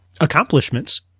accomplishments